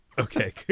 Okay